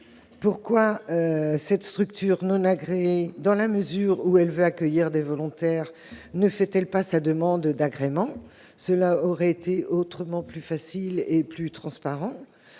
Pourquoi la structure non agréée, dans la mesure où elle veut accueillir des volontaires, ne fait-elle pas sa demande d'agrément ? Cela serait autrement plus simple et transparent.